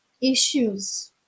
issues